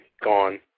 gone